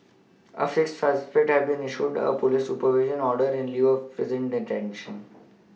a fifth suspect has been issued a police supervision order in lieu of prison detention